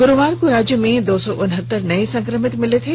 गुरूवार को राज्य में दो सौ उनहत्तर नए संक्रमित मिले थे